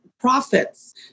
profits